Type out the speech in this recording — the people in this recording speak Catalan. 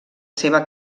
seva